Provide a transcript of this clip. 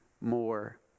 more